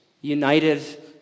united